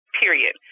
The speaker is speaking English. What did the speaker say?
period